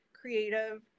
creative